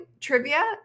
trivia